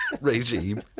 regime